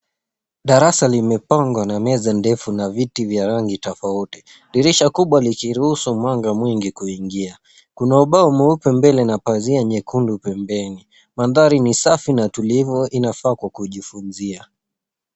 Darasa limepangwa na meza ndefu na viti vya rangi tofauti dirisha kubwa likiruhusu mwanga mwingi kuingia. Kuna ubao mwuepe mbele na pazia nyekundu pembeni. Mandhari ni safi na tulivu, inafaa kwa kujifunzia.